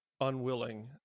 unwilling